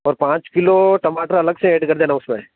और पाँच किलो टमाटर अलग से ऐड कर देना उसमें